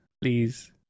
Please